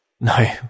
No